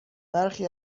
برخی